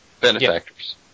Benefactors